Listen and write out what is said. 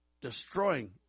destroying